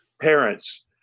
parents